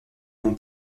nom